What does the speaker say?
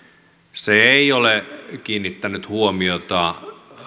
se ei ole kiinnittänyt huomiota